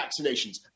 vaccinations